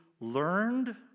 learned